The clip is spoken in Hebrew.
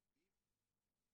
עדיף